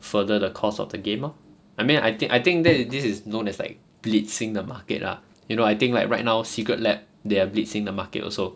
further the cause of the game lor I mean I think I think that this is known as like blitzing the market lah you know I think like right now secretlab they are blitzing the market also